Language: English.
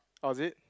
orh is it